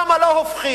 למה לא הופכים